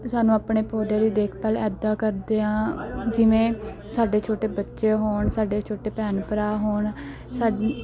ਸਾਨੂੰ ਆਪਣੇ ਪੌਦਿਆਂ ਦੀ ਦੇਖਭਾਲ ਇੱਦਾਂ ਕਰਦੇ ਹਾਂ ਜਿਵੇਂ ਸਾਡੇ ਛੋਟੇ ਬੱਚੇ ਹੋਣ ਸਾਡੇ ਛੋਟੇ ਭੈਣ ਭਰਾ ਹੋਣ ਸਾਡੀ